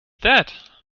that